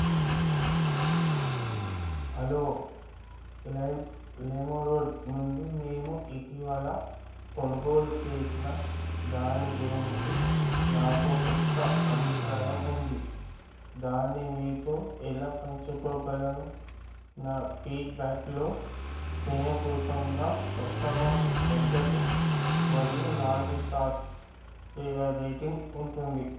hello లైమ్ లెమో రోడ్ నుండి నేను ఇటీవల కొనుగోలు చేసిన దాని గురించి నాకు కొత్త అభిప్రాయం ఉంది దాన్ని మీతో ఎలా పంచుకోగలను నా ఫీడ్బ్యాక్లో స్నేహపూర్వకంగా కస్టమర్ మద్దతు మరియు నాలుగు స్టార్స్ రేటింగ్ ఉంటుంది